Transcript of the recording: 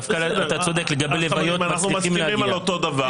אנחנו מדברים על אותו דבר.